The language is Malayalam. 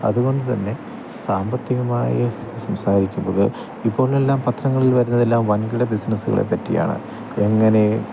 അതുകൊണ്ടുതന്നെ സാമ്പത്തികമായി സംസാരിക്കുമ്പോള് ഇപ്പോഴെല്ലാം പത്രങ്ങളിൽ വരുന്നതെല്ലാം വൻകിട ബിസിനസ്സുകളെ പറ്റിയാണ് എങ്ങനെ